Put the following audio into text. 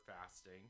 fasting